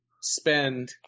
spend